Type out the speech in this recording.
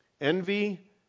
Envy